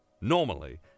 normally